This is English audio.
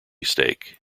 stake